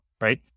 right